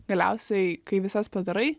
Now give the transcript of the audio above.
galiausiai kai visas padarai